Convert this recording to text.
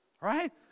right